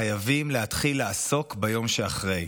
חייבים להתחיל לעסוק ביום שאחרי.